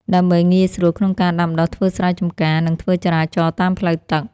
ដើម្បីងាយស្រួលក្នុងការដាំដុះធ្វើស្រែចម្ការ និងធ្វើចរាចរណ៍តាមផ្លូវទឹក។